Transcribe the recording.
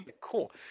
Cool